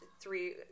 three